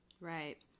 Right